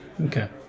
okay